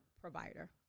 provider